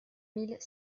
mille